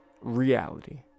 reality